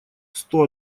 сто